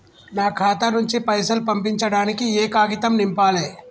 నా ఖాతా నుంచి పైసలు పంపించడానికి ఏ కాగితం నింపాలే?